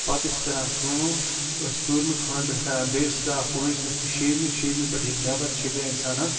پتہٕ ٲسۍ کَران کٲم ٲسۍ ژوٗرمہِ خانہٕ پٮ۪ٹھ کَران بیٚیہِ سِٹاپ پٲنٛژمِس تہٕ شیمِس شیمہِ پٮ۪ٹھ ییٚلہِ نٮ۪بر چھَچے اِنسانَن